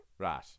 Right